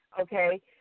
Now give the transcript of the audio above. okay